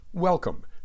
Welcome